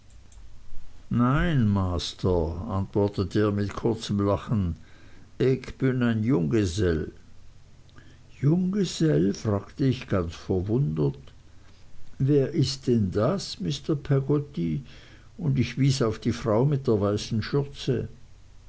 nein master antwortete er mit kurzem lachen ick bünn een junggesell junggesell fragte ich ganz verwundert wer ist denn das mr peggotty und ich wies auf die frau mit der weißen schürze